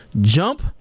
Jump